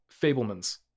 Fableman's